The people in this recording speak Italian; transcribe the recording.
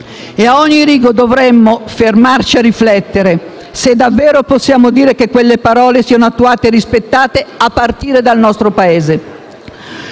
e ad ogni rigo fermarci a riflettere se davvero possiamo dire che quelle parole siano attuate e rispettate a partire dal nostro Paese.